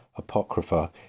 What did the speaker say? Apocrypha